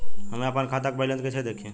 हम आपन खाता क बैलेंस कईसे देखी?